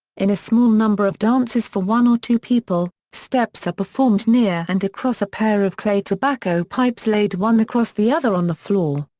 in a small number of dances for one or two people, steps are performed near and across a pair of clay tobacco pipes laid one across the other on the floor.